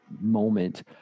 moment